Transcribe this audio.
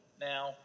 now